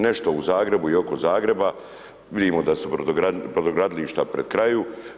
Nešto u Zagrebu i oko Zagreba, vidimo da su brodogradilišta pri kraju.